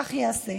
שכך ייעשה.